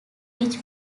reach